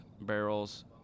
barrels